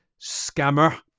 scammer